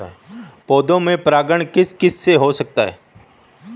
पौधों में परागण किस किससे हो सकता है?